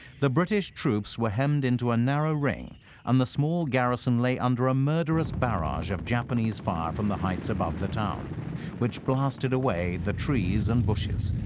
the british troops were hemmed into a narrow ring and the small garrison lay under a murderous barrage of japanese fire from the heights above the town which blasted away the trees and bushes.